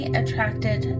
attracted